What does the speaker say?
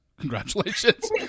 Congratulations